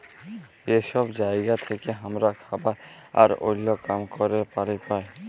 যে সব জায়গা থেক্যে হামরা খাবার আর ওল্য কাম ক্যরের পালি পাই